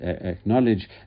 acknowledge